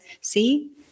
see